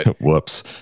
Whoops